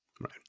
Right